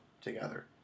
together